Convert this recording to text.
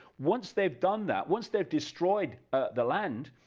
once they've done that, once they have destroyed the land,